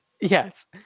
yes